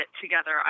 together